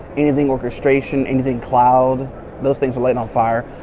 anything orchestration anything cloud those things lit on fire.